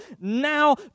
now